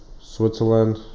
Switzerland